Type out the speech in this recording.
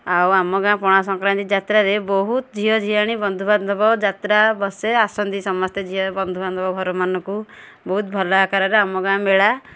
ଆଉ ଆମ ଗାଁ ପଣା ସଂକ୍ରାନ୍ତି ଯାତ୍ରାରେ ବହୁତ ଝିଅଝିଆଣି ବନ୍ଧୁ ବାନ୍ଧବ ଯାତ୍ରା ବସେ ଆସନ୍ତି ସମସ୍ତେ ଝିଅ ବନ୍ଧୁ ବାନ୍ଧବ ଘରମାନଙ୍କୁ ବହୁତ ଭଲ ଆକାରରେ ଆମ ଗାଁ ମେଳା